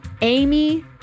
Amy